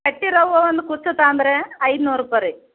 ಕಟ್ಟಿರೋವು ಒಂದು ಕುಚ್ಚು ತೊಗೊಂಡ್ರೆ ಐನೂರು ರೂಪಾಯಿ ರೀ